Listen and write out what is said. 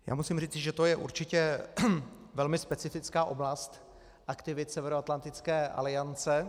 Já musím říci, že to je určitě velmi specifická oblast aktivit Severoatlantické aliance.